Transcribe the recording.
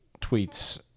tweets